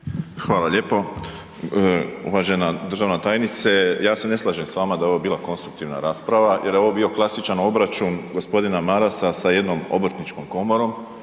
Hvala lijepo. Uvažena državna tajnice, ja se ne slažem s vama da je ovo bila konstruktivna rasprava jer je ovo bio klasičan obračun g. Marasa sa jednom Obrtničkom komorom